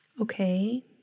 Okay